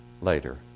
later